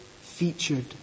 featured